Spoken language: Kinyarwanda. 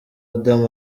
adam